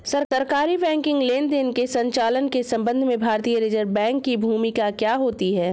सरकारी बैंकिंग लेनदेनों के संचालन के संबंध में भारतीय रिज़र्व बैंक की भूमिका क्या होती है?